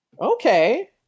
Okay